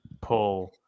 pull